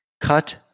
Cut